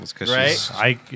right